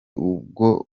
ubwo